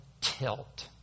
tilt